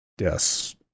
Yes